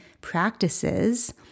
practices